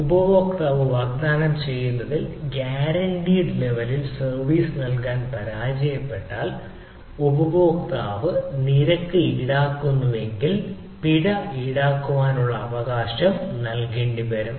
ദാതാവ് വാഗ്ദാനം ചെയ്യുന്നതിൽ ഗ്യാരണ്ടീഡ് ലെവലിൽ സർവീസ് നൽകാൻ പരാജയപ്പെട്ടാൽ ഉപഭോക്താവ് നിരക്ക് ഈടാക്കുന്നുവെങ്കിൽ പിഴ ഈടാക്കാനുള്ള അവകാശം നൽകേണ്ടിവരും